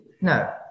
no